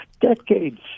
decades